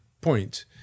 point